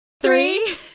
Three